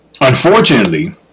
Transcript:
Unfortunately